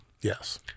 Yes